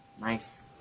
Nice